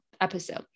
episode